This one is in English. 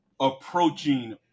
approaching